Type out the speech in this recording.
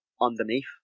underneath